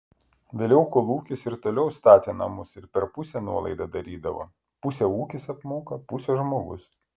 vėliau kolūkis ir toliau statė namus ir per pusę nuolaidą darydavo pusę ūkis apmoka pusę žmogus